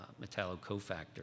metallocofactor